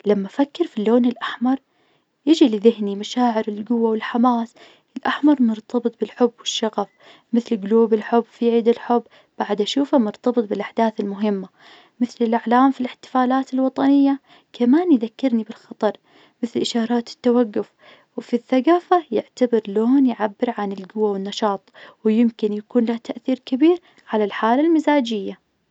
لما أفكر في اللون الأحمر يجي لذهني مشاعر القوة والحماس. الأحمر مرتبط بالحب والشغف مثل قلوب الحب في عيد الحب. بعد أشوفه مرتبط بالأحداث المهمة مثل الأعلام في الإحتفالات الوطنية. كمان يذكرني بالخطر مثل إشارات التوقف. وفي الثقافة يعتبر لون يعبر عن القوة والنشاط. ويمكن يكون له تأثير كبير على الحالة المزاجية.